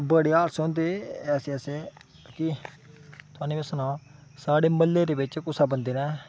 बड़े हादसे होंदे ऐसे ऐसे कि थोआनूं में सनां साढ़े म्हल्ले दे बिच्च कुसै बंदे ने